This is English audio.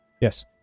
Yes